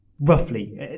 roughly